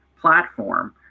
platform